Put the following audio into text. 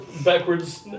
backwards